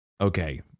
Okay